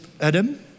Adam